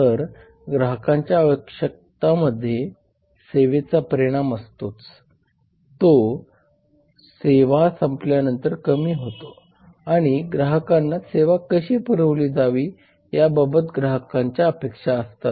तर ग्राहकांच्या आवश्यकतांमध्ये सेवेचा परिणाम असतो जो सेवा संपल्यावर कमी होतो आणि ग्राहकांना सेवा कशी पुरवली जावी याबाबत ग्राहकांच्या अपेक्षा असतात